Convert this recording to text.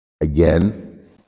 Again